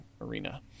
Arena